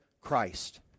Christ